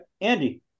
andy